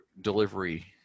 delivery